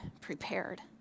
prepared